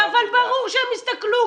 אבל ברור שהם יסתכלו,